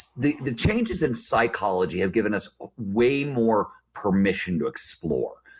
the the changes in psychology have given us way more permission to explore.